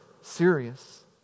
serious